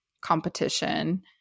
competition